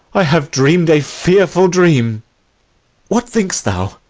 i have dream'd a fearful dream what think'st thou